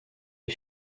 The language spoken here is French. est